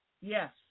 Yes